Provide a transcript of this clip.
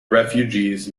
refugees